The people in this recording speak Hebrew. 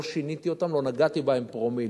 לא שיניתי אותם, לא נגעתי בהם פרומיל.